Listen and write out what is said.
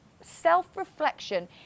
Self-reflection